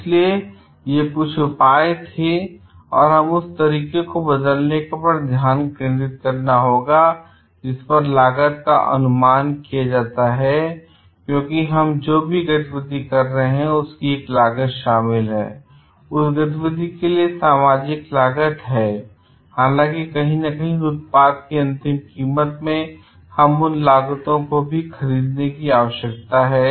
इसलिए ये कुछ उपाय थे और हमें उस तरीके को बदलने पर ध्यान केंद्रित करना होगा जिस पर लागत का अनुमान किया जाता है क्योंकि हम जो भी गतिविधि कर रहे हैं उसकी एक लागत शामिल है और उस गतिविधि के लिए सामाजिक लागत है हालांकि कहीं न कहीं उत्पाद की अंतिम कीमत में हमें उन लागतों को भी खरीदने की आवश्यकता है